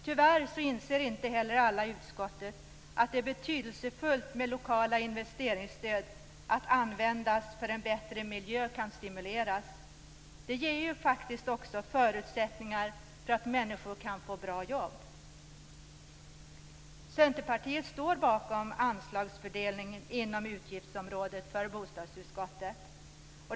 Tyvärr inser inte heller alla i utskottet att det är betydelsefullt med lokala investeringsstöd att användas så att en bättre miljö kan stimuleras. Det ger ju faktiskt också förutsättningar för människor att få bra jobb. Centerpartiet står bakom anslagsfördelningen inom utgiftsområdet för bostadsutskottet.